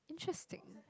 interesting